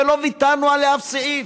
ולא ויתרנו על אף סעיף.